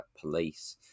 police